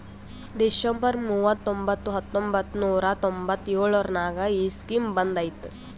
December ಮೂವತೊಂಬತ್ತು ಹತ್ತೊಂಬತ್ತು ನೂರಾ ತೊಂಬತ್ತು ಎಳುರ್ನಾಗ ಈ ಸ್ಕೀಮ್ ಬಂದ್ ಐಯ್ತ